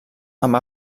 amb